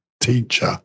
teacher